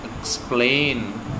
explain